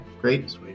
great